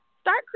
start